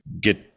get